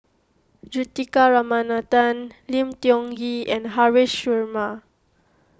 Juthika Ramanathan Lim Tiong Ghee and Haresh Sharma